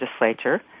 legislature